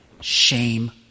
Shame